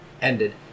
ended